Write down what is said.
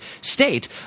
state